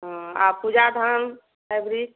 ଆର୍ ପୂଜା ଧାନ୍ ହାଇବ୍ରିଡ଼୍